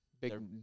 Big